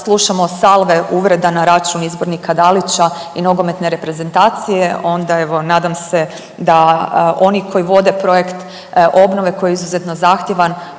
slušamo salve uvreda na račun izbornika Dalića i nogometne reprezentacije. Onda evo nadam se da oni koji vode projekt obnove koji je izuzetno zahtjevan